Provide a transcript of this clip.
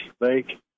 lake